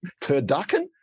Turducken